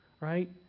right